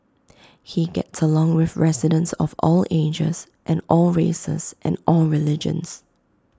he gets along with residents of all ages and all races and all religions